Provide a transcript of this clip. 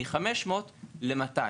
מ-500 ל-200.